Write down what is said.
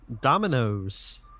Dominoes